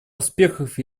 успехов